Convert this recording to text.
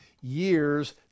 years